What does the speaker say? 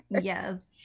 Yes